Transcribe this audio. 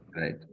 right